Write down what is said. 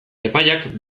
epaiak